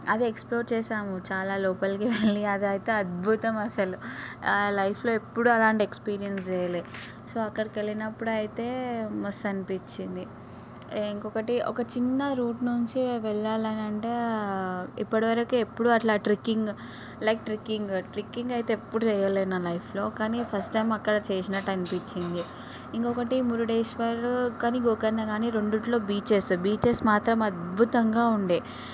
అది ఎక్స్ప్లోర్ చేసాము చాలా లోపలికి వెళ్ళి అదైతే అద్భుతం అసలు లైఫ్లో ఎప్పుడు అలాంటి ఎక్స్పీరియన్స్ చేయలే సో అక్కడికెళ్ళినప్పుడైతే మస్త్ అనిపించింది ఇంకొకటి ఒక చిన్న రూట్ నుంచి వెళ్ళాలనంటే ఇప్పుడు వరకు ఎప్పుడు అట్లా ట్రిక్కింగ్ లైక్ ట్రిక్కింగ్ ట్రిక్కింగ్ అయితే ఎప్పుడు చేయలే నా లైఫ్లో కానీ ఫస్ట్ టైం అక్కడ చేసినట్టు అనిపించింది ఇంకొకటి మురుడేశ్వర్ కానీ గోకర్ణ కాని రెండిట్లో బీచెస్ బీచెస్ మాత్రం అద్భుతంగా ఉండే